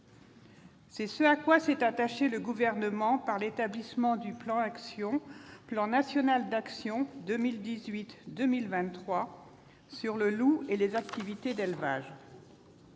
C'est ce à quoi s'est attaché le Gouvernement par l'établissement du plan national d'actions 2018-2023 sur le loup et les activités d'élevage.